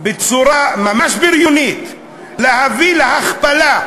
בצורה ממש בריונית להביא להכפלה.